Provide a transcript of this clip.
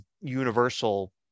universal